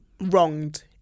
wronged